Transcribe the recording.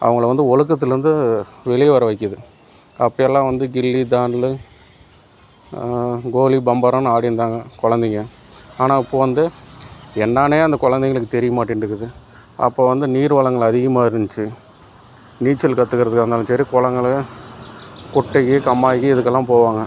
அவங்கள வந்து ஒழுக்கத்துலந்து வெளியே வரவைக்குது அப்போயெல்லாம் வந்து கிள்ளி தாண்ட்லு கோலி பம்பரம்னு ஆடிருந்தாங்க குழந்தைங்க ஆனால் இப்போ வந்து என்னான்னே அந்த குழந்தைங்களுக்கு தெரிய மாட்டேன்டுங்குது அப்போ வந்து நீர் வளங்கள் அதிகமாக இருந்துச்சு நீச்சல் கற்றுக்கறதுக்கா இருந்தாலும் சரி குளங்களு குட்டைக்கு கம்மாய்க்கு இதுக்கெல்லாம் போவாங்க